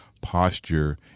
posture